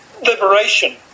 liberation